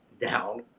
down